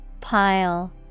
Pile